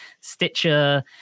Stitcher